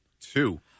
Two